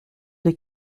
des